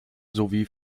sowie